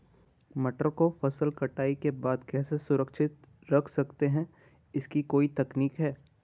मटर को फसल कटाई के बाद कैसे सुरक्षित रख सकते हैं इसकी कोई तकनीक है?